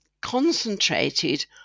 concentrated